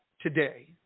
today